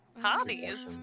hobbies